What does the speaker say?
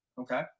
Okay